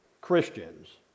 Christians